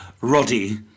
Roddy